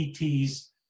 ET's